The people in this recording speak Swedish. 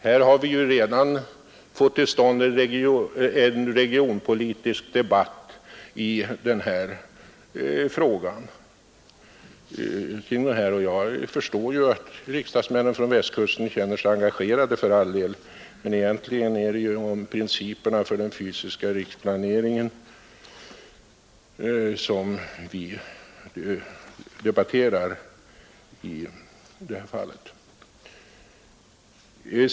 Vi har nu i stället fått till stånd en regionpolitisk debatt i den här frågan. Jag förstår att riksdagsmännen från Västkusten känner sig engagerade, men egentligen är det principerna för den fysiska riksplaneringen som vi borde debattera.